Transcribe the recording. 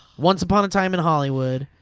once upon a time in hollywood,